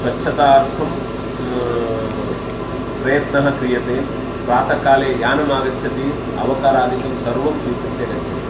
स्वच्छतार्थं प्रयत्नः क्रियते प्रातःकाले यानमागच्छति अवकरादिकं सर्वं स्वीकृत्य गच्छति